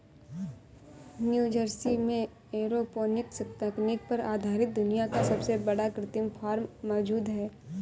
New Jersey में aeroponics तकनीक पर आधारित दुनिया का सबसे बड़ा कृत्रिम फार्म मौजूद है